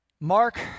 Mark